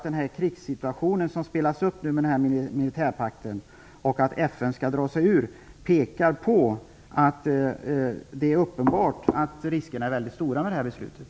Den krigssituation som spelas upp i och med militärpakten och att FN skall dra sig ur pekar på att riskerna uppenbart är väldigt stora med det här beslutet.